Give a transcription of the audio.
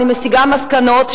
אני מסיקה מסקנות,